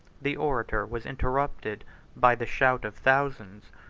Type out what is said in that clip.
the orator was interrupted by the shout of thousands,